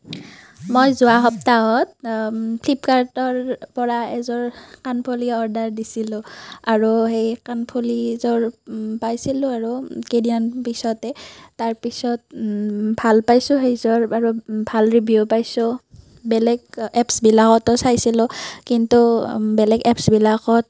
মই যোৱা সপ্তাহত ফ্লিপকাৰ্টৰ পৰা এযোৰ কাণফুলি অৰ্ডাৰ দিছিলো আৰু সেই কাণফুলিযোৰ পাইছিলো আৰু কেইদিনমান পিছতে তাৰ পিছত ভাল পাইছো সেইযোৰ আৰু ভাল ৰিভিউ পাইছো বেলেগ এপছবিলাকতো চাইছিলো কিন্তু বেলেগ এপছবিলাকত